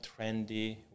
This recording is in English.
trendy